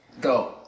Go